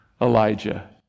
Elijah